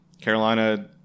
Carolina